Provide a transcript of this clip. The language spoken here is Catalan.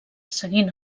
seguint